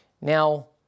Now